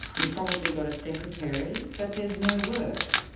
you've probably got a secretary, but there's no work.